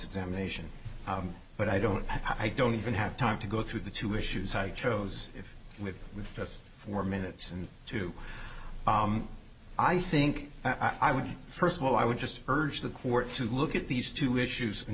examination but i don't i don't even have time to go through the two issues i chose with just four minutes and two i think i would first of all i would just urge the court to look at these two issues and